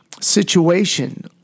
situation